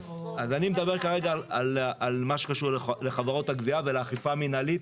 אבל אני מדבר כרגע על מה שקשור לחברות הגבייה ולאכיפה מינהלית,